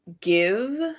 give